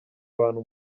abantu